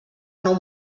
nou